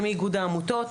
אני מאיגוד העמותות,